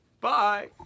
bye